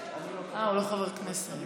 לא, הוא לא היה באולם.